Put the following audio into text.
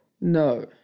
no